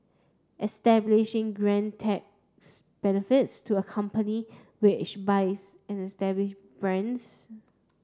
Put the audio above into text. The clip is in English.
establishing grant tax benefits to a company which buys an establish brands